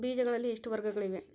ಬೇಜಗಳಲ್ಲಿ ಎಷ್ಟು ವರ್ಗಗಳಿವೆ?